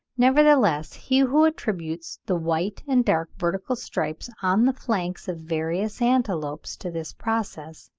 nevertheless he who attributes the white and dark vertical stripes on the flanks of various antelopes to this process,